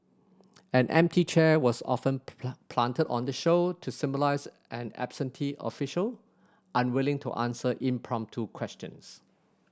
an empty chair was often planted on the show to symbolise an absentee official unwilling to answer impromptu questions